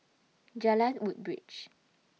Jalan Woodbridge